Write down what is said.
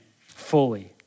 fully